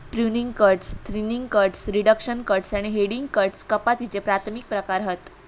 pruning cuts, thinning cuts, reduction cuts आणि heading cuts कपातीचे प्राथमिक प्रकार हत